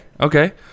Okay